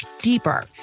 deeper